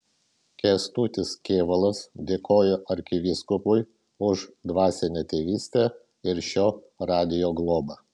kęstutis kėvalas dėkojo arkivyskupui už dvasinę tėvystę ir šio radijo globą